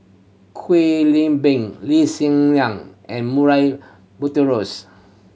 Kwek Leng Beng Lee Hsien Yang and Murray Buttrose